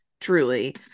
truly